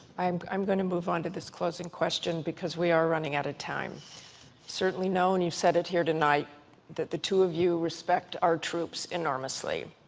i'm i'm going to move on to this closing question because we are running out of time. it's certainly known you've said it here tonight that the two of you respect our troops enormously.